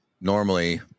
normally